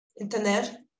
internet